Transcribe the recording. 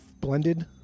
blended